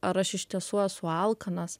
ar aš iš tiesų esu alkanas